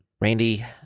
Randy